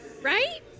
Right